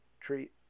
treat